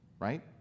right